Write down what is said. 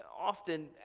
often